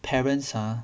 parents !huh!